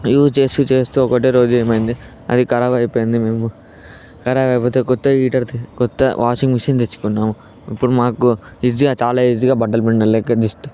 use చేస్తూ చేస్తూ ఒకటే రోజు ఏమైంది అది ఖరాబయిపోయింది మేము ఖరాబయిపోతే కొత్త హీటర్తో కొత్త వాషింగ్ మెషిన్ తెచ్చుకున్నాం ఇప్పుడు మాకు ఈజీగా చాలా ఈజీగా బట్టలు పిండలేక